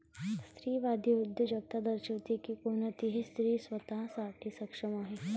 स्त्रीवादी उद्योजकता दर्शविते की कोणतीही स्त्री स्वतः साठी सक्षम आहे